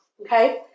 okay